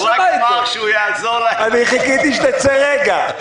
הוא אמר שהוא יעזור --- חיכיתי שתצא רגע.